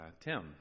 tim